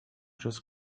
just